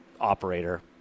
operator